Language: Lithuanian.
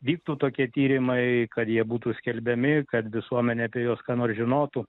vyktų tokie tyrimai kad jie būtų skelbiami kad visuomenė apie juos ką nors žinotų